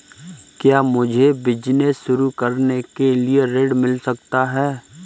क्या मुझे बिजनेस शुरू करने के लिए ऋण मिल सकता है?